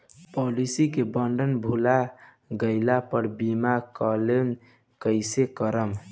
Policy के bond भुला गैला पर बीमा क्लेम कईसे करम?